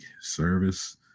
service